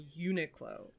Uniqlo